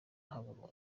habura